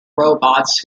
robots